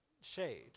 shade